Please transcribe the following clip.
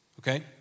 Okay